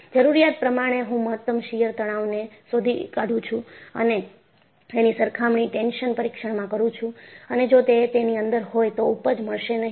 જરૂરિયાત પ્રમાણે હું મહત્તમ શીયર તણાવને શોધી કાઢું છું અને હું તેની સરખામણી ટેન્શન પરીક્ષણમાં કરું છું અને જો તે તેની અંદર હોય તો ઊપજ મળશે નહીં